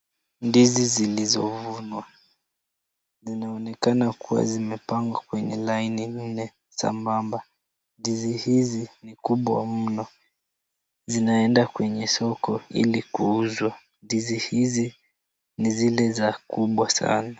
Ndizi zilizovunwa zinaonekana kuwa zimepangwa kwenye laini nne sambamba. Ndizi hizi ni kubwa mno. Zinaenda kwenye soko ili kuuzwa. Ndizi hizi ni zile za kubwa sana.